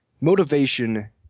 motivation